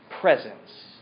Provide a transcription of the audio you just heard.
presence